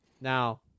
Now